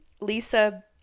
Lisa